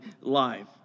life